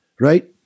right